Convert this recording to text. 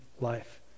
life